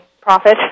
profit